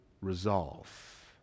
resolve